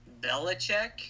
Belichick